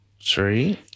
Three